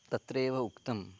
तत्रैव उक्तं